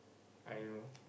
I don't know